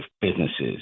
businesses